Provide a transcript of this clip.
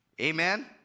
Amen